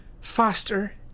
faster